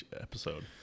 episode